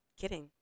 kidding